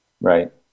Right